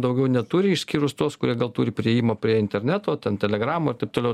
daugiau neturi išskyrus tuos kurie gal turi priėjimą prie interneto ten telegramų ir taip toliau